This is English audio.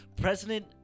President